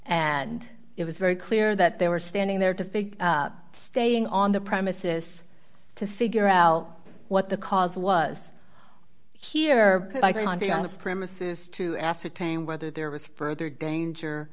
and it was very clear that they were standing there to figure staying on the premises to figure out what the cause was here just premises to ascertain whether there was further danger